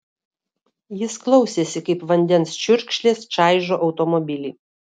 jis klausėsi kaip vandens čiurkšlės čaižo automobilį